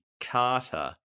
Carter